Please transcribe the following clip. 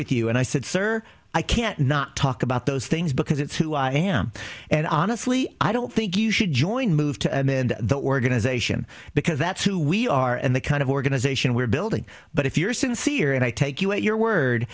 with you and i said sir i can't not talk about those things because it's who i am and honestly i don't think you should join move to amend the organization because that's who we are and the kind of organization we're building but if you're sincere and i take you at your word